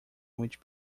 which